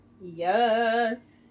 Yes